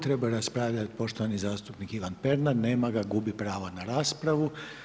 Treba raspravljat poštovani zastupnik Ivan Pernar, nema ga, gubi pravo na raspravu.